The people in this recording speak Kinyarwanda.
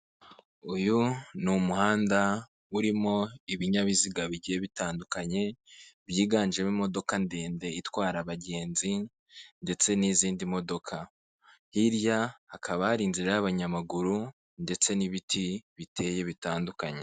Uyu ni umuhanda urimo ibinyabiziga bigiye bitandukanye byiganjemo imodoka ndende itwara abagenzi ndetse n'izindi modoka hirya hakaba hari inzira y'abanyamaguru ndetse n'ibiti biteye bitandukanye.